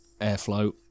airflow